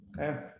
Okay